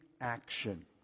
action